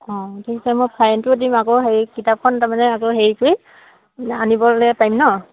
অঁ ঠিক আছে মই ফাইনটো দিম আকৌ হেৰি কিতাপখন তাৰমানে আকৌ হেৰি কৰি আনিবলে পাৰিম নহ্